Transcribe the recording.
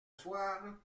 soir